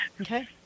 Okay